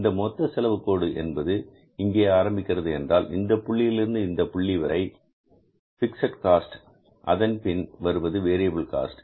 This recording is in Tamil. இந்த மொத்த செலவு கோடு என்பது இங்கே ஆரம்பிக்கிறது என்றால் இந்த புள்ளியிலிருந்து இந்த புள்ளி வரை பிக்ஸட் காஸ்ட் அதன்பின் வருவது வேரியபில் காஸ்ட்